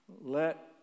Let